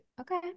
Okay